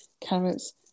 carrots